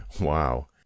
Wow